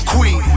Queen